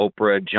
Oprah